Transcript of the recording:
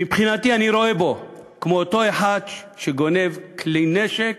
מבחינתי, אני רואה בו כמו אחד שגונב כלי נשק